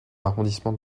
l’arrondissement